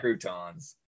croutons